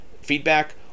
feedback